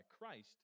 Christ